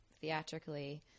theatrically